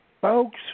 folks